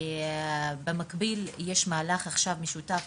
במקביל, מתבצע